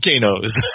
volcanoes